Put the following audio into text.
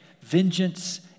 Vengeance